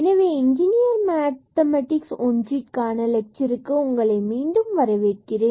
எனவே engineering mathematics ஒன்றிற்கான லெட்சருக்கு உங்களை மீண்டும் வரவேற்கிறேன்